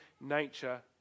nature